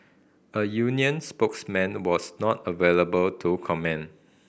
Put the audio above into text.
a union spokesman was not available to comment